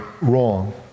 wrong